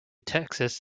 texas